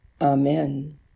Amen